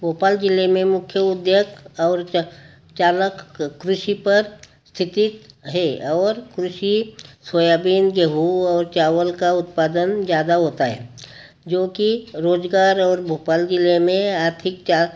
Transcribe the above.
भोपाल ज़िले में मुख्य उद्योग और च चरक कृषि पर स्थितित है और कृषि सोयाबीन गेहूं ओर चावल का उत्पादन ज़्यादा होता है जो कि रोज़गार और भोपाल ज़िले में आथिक चा